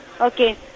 okay